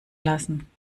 lassen